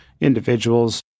individuals